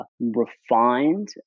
refined